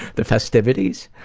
the festivities?